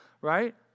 right